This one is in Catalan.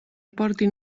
aporti